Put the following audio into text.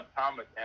Thomas